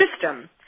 system